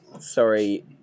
sorry